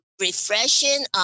refreshing